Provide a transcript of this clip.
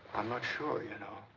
um not sure, you know.